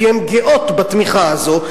כי הן גאות בתמיכה הזו,